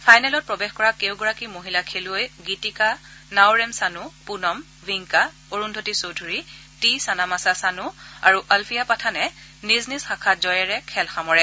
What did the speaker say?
ফাইনেলত প্ৰৱেশ কৰা কেওগৰাকী মহিলা খেলুৱৈ গীতিকা নাৱৰেম চানু পুনম ৱিংকা অৰুন্ধতী চৌধুৰী টি চানামাচা চানু আৰু অলফিয়া পাঠানে নিজ নিজ শাখাত জয়েৰে খেল সামৰে